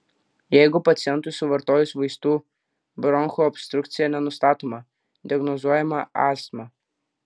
jeigu pacientui suvartojus vaistų bronchų obstrukcija nenustatoma diagnozuojama astma